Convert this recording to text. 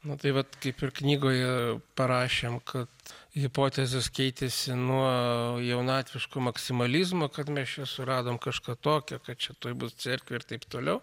na tai vat kaip ir knygoje parašėm kad hipotezės keitėsi nuo jaunatviško maksimalizmo kad mes čia suradom kažką tokio kad čia tuoj bus cerkvė ir taip toliau